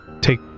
take